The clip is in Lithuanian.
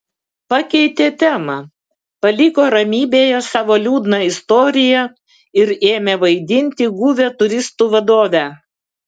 pakeitė temą paliko ramybėje savo liūdną istoriją ir ėmė vaidinti guvią turistų vadovę